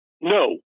no